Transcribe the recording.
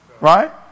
Right